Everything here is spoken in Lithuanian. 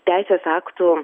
teisės aktų